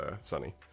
Sunny